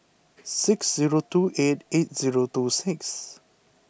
six zero two eight eight zero two six